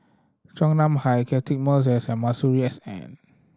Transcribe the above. Chua Nam Hai Catchick Moses and Masuri S N